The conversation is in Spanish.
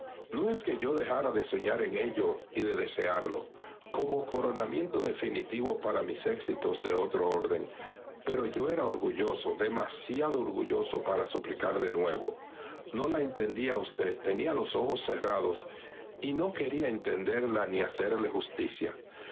no es que yo dejara de soñar en ello y de desearlo como coronamiento definitivo para mis éxitos de otro orden pero yo era orgulloso demasiado orgulloso para suplicar de nuevo no la entendía a usted tenía los ojos cerrados y no quería entenderla ni hacerle justicia